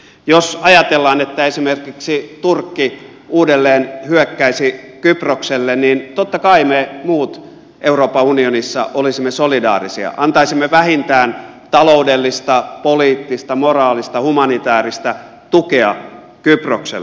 jos ajatellaan että esimerkiksi turkki uudelleen hyökkäisi kyprokselle niin totta kai me muut euroopan unionissa olisimme solidaarisia antaisimme vähintään taloudellista poliittista moraalista humanitääristä tukea kyprokselle